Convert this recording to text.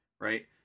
right